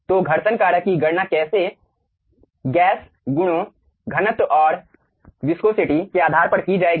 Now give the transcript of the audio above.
तो घर्षण कारक की गणना गैस गुणों घनत्व और विस्कोसिटी के आधार पर की जाएगी